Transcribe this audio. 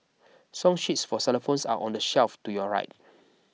song sheets for xylophones are on the shelf to your right